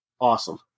awesome